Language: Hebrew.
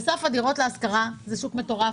דירות להשכרה זה שוק מטורף,